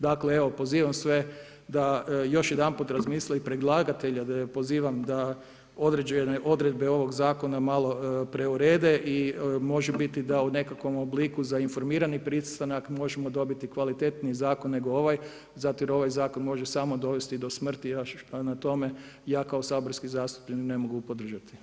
Dakle evo, pozivam sve da još jednom razmisle i predlagatelja pozivam da određene odredbe ovoga zakona malo preurede i može biti da u nekakvom obliku za informirani pristanak možemo dobiti kvalitetan zakon nego ovaj, zato jer ovaj zakon može samo dovesti do smrti, prema tome, ja kao saborski zastupnik ne mogu podržati.